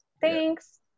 thanks